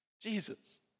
Jesus